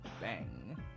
bang